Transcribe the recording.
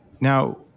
Now